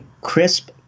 crisp